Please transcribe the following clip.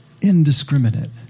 indiscriminate